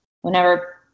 whenever